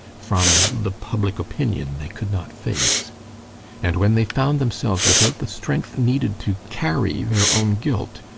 from the public opinion they could not face and when they found themselves without the strength needed to carry their own guilt,